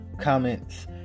comments